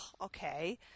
Okay